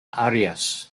arias